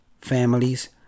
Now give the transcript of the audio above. families